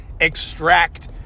extract